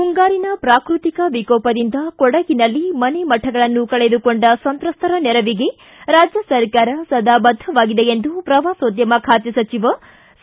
ಮುಂಗಾರಿನ ಪ್ರಾಕೃತಿಕ ವಿಕೋಪದಿಂದ ಕೊಡಗಿನಲ್ಲಿ ಮನೆ ಮಠಗಳನ್ನು ಕಳೆದುಕೊಂಡ ಸಂತ್ರಸ್ತರ ನೆರವಿಗೆ ರಾಜ್ಯ ಸರ್ಕಾರ ಸದಾ ಬದ್ಧವಾಗಿದೆ ಎಂದು ಪ್ರವಾಸೋದ್ಯಮ ಖಾತೆ ಸಚಿವ ಸಚಿವ ಸಾ